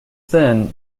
then